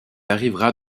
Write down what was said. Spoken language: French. arrivera